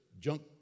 junk